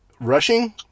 rushing